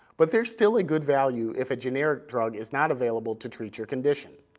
but they're still a good value if a generic drug is not available to treat your condition.